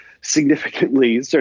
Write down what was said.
significantly